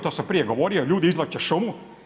To sam prije govorio, ljudi izvlače šumu.